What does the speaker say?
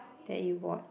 that you watch